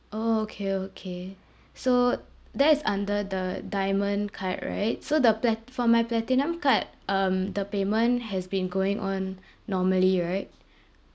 orh okay okay so that is under the diamond card right so the plat~ for my platinum card um the payment has been going on normally right